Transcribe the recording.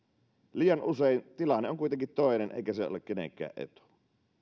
liian usein tilanne on kuitenkin toinen eikä se ole kenenkään etu